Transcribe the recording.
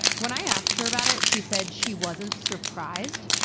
when i asked her about it, she said she wasn't surprised.